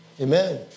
Amen